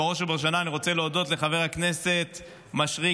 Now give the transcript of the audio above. בראש ובראשונה אני רוצה להודות לחבר הכנסת מישרקי,